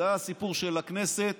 זה הסיפור של הכנסת